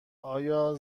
آیا